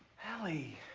hallie.